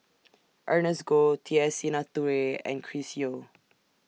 Ernest Goh T S Sinnathuray and Chris Yeo